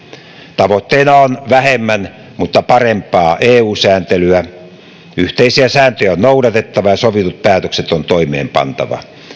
tavoitteena on vähemmän mutta parempaa eu sääntelyä yhteisiä sääntöjä on noudatettava ja sovitut päätökset on toimeenpantava